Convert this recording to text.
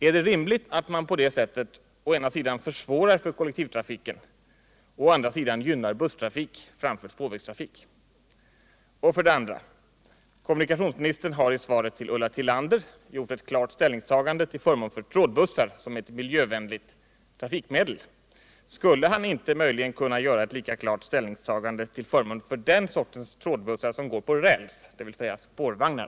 Är det rimligt att man på detta sätt å ena sidan försvårar för kollektivtrafiken och å andra sidan gynnar busstrafiken framför spårvägstrafiken? För det andra: Kommunikationsministern har i svaret till Ulla Tillander gjort ett klart ställningstagande till förmån för trådbussar som ett miljövänligt trafikmedel. Skulle han inte kunna göra ett lika klart ställningstagande till förmån för den sorts trådbussar som går på räls, dvs. spårvagnar?